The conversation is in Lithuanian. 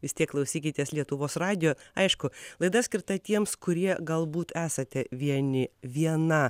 vis tiek klausykitės lietuvos radijo aišku laida skirta tiems kurie galbūt esate vieni viena